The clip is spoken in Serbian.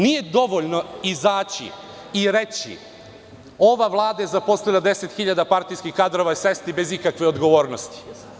Nije dovoljno izaći i reći ova Vlada je zaposlila 10.000 partijskih kadrova i sesti bez ikakve odgovornosti.